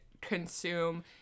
consume